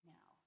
Now